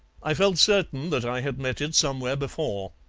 i felt certain that i had met it somewhere before.